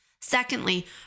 Secondly